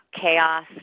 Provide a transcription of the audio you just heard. chaos